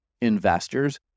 investors